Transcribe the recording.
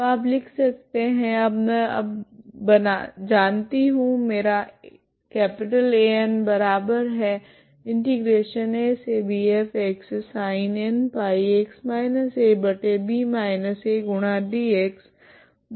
तो आप लिख सकते है अब मैं अब जानती हूँ मेरा है